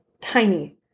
tiny